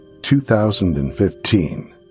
2015